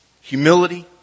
humility